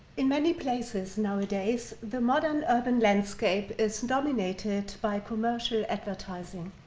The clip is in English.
in many places nowadays, the modern urban landscape is dominated by commercial advertising.